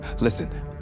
Listen